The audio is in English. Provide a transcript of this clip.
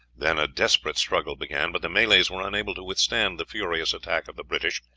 then a desperate struggle began but the malays were unable to withstand the furious attack of the british,